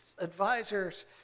advisors